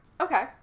Okay